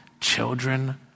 children